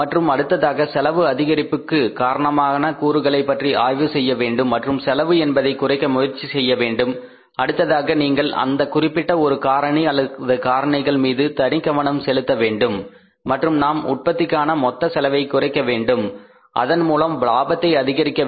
மற்றும் அடுத்ததாக செலவு அதிகரிப்புக்கு காரணமான கூறுகளைப் பற்றி ஆய்வு செய்ய வேண்டும் மற்றும் செலவு என்பதை குறைக்க முயற்சி செய்ய வேண்டும் அடுத்ததாக நீங்கள் அந்த குறிப்பிட்ட ஒரு காரணி அல்லது காரணிகள் மீது தனிக்கவனம் செலுத்த வேண்டும் மற்றும் நாம் உற்பத்திக்கான மொத்த செலவை குறைக்க வேண்டும் அதன் மூலம் லாபத்தை அதிகரிக்க வேண்டும்